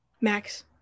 max